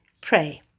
Pray